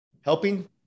helping